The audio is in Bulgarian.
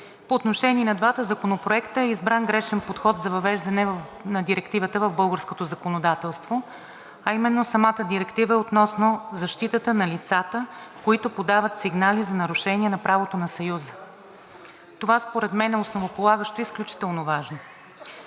по отношение на двата законопроекта е избран грешен подход за въвеждане на Директивата в българското законодателство, а именно самата директива е относно защитата на лицата, които подават сигнали за нарушение на правото на Съюза. Това според мен е основополагащо и изключително важно.